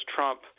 Trump